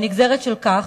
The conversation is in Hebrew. הנגזרת של כך,